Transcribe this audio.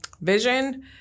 vision